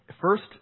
First